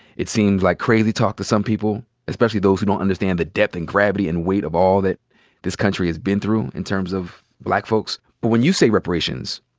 it seems like crazy talk to some people, especially those who don't understand the depth and gravity and weight of all that this country has been through, in terms of black folks. but when you say reparations,